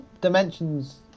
Dimensions